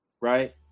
right